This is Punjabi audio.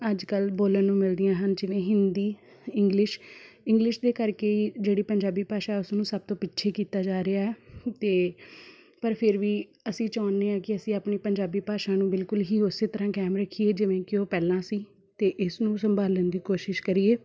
ਅੱਜ ਕੱਲ੍ਹ ਬੋਲਣ ਨੂੰ ਮਿਲਦੀਆਂ ਹਨ ਜਿਵੇਂ ਹਿੰਦੀ ਇੰਗਲਿਸ਼ ਇੰਗਲਿਸ਼ ਦੇ ਕਰਕੇ ਹੀ ਜਿਹੜੀ ਪੰਜਾਬੀ ਭਾਸ਼ਾ ਉਸ ਨੂੰ ਸਭ ਤੋਂ ਪਿੱਛੇ ਕੀਤਾ ਜਾ ਰਿਹਾ ਅਤੇ ਪਰ ਫਿਰ ਵੀ ਅਸੀਂ ਚਾਹੁੰਦੇ ਹਾਂ ਕਿ ਅਸੀਂ ਆਪਣੀ ਪੰਜਾਬੀ ਭਾਸ਼ਾ ਨੂੰ ਬਿਲਕੁਲ ਹੀ ਉਸ ਤਰ੍ਹਾਂ ਕਾਇਮ ਰੱਖੀਏ ਜਿਵੇਂ ਕਿ ਉਹ ਪਹਿਲਾਂ ਸੀ ਅਤੇ ਇਸ ਨੂੰ ਸੰਭਾਲਣ ਦੀ ਕੋਸ਼ਿਸ਼ ਕਰੀਏ